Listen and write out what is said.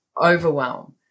overwhelm